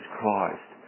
Christ